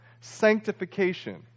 Sanctification